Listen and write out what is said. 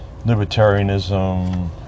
libertarianism